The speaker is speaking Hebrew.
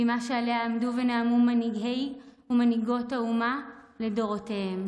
בימה שעליה עמדו ונאמו מנהיגי ומנהיגות האומה לדורותיהם,